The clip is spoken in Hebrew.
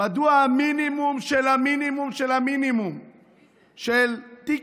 מדוע המינימום של המינימום של המינימום של תיק